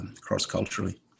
cross-culturally